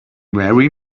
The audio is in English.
marry